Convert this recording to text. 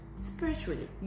spiritually